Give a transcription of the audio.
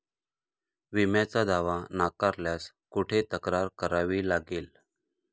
विम्याचा दावा नाकारल्यास कुठे तक्रार करावी लागेल?